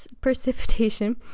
precipitation